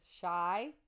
shy